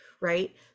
right